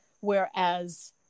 Whereas